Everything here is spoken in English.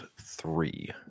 three